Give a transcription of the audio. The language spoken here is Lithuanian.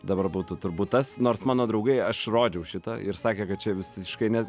dabar būtų turbūt tas nors mano draugai aš rodžiau šitą ir sakė kad čia visiškai ne